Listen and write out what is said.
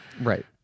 right